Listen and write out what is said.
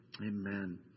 Amen